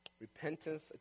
Repentance